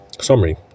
summary